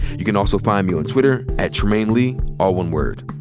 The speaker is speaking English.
you can also find me on twitter at trymainelee, all one word.